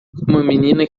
menina